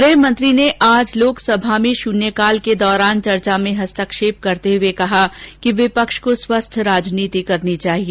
गृहमंत्री ने आज लोकसभा में शून्यकाल के दौरान चर्चा में हस्तक्षेप करते हुए कहा कि विपक्ष को स्वस्थ रोजनीति करनी चाहिए